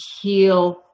heal